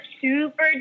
super